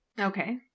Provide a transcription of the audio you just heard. Okay